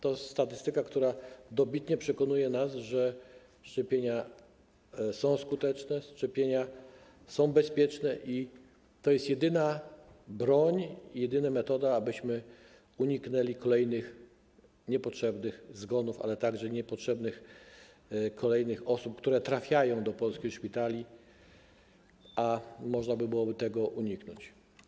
To jest statystyka, która dobitnie nas przekonuje, że szczepienia są skuteczne, szczepienia są bezpieczne i że to jest jedyna broń, jedyna metoda, abyśmy uniknęli kolejnych niepotrzebnych zgonów, ale także kolejnych niepotrzebnych osób, które trafiają do polskich szpitali, a można by było tego uniknąć.